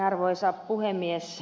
arvoisa puhemies